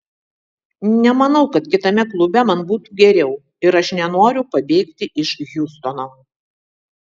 nemanau kad kitame klube man būtų geriau ir aš nenoriu pabėgti iš hjustono